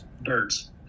birds